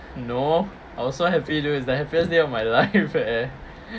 no I also happy it was the happiest day of my life eh